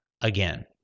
again